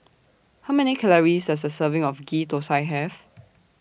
How Many Calories Does A Serving of Ghee Thosai Have